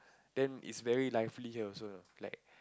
then it's very lively here also you know like